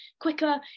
quicker